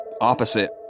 opposite